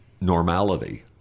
normality